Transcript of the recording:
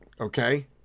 okay